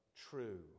true